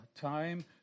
time